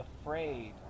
afraid